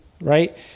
right